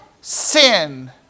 sin